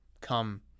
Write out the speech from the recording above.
Come